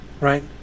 right